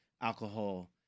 alcohol